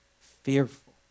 fearful